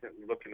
looking